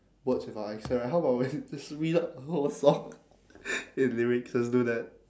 words with our accent right how about we just read out the whole song with lyrics let's do that